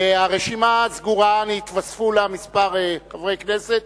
הרשימה סגורה, נתווספו לה כמה חברי כנסת,